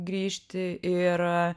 grįžti ir